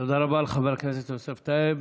תודה רבה לחבר הכנסת יוסף טייב.